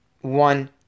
one